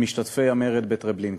ממשתתפי המרד בטרבלינקה.